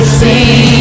see